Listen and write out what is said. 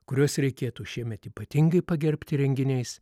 kuriuos reikėtų šiemet ypatingai pagerbti renginiais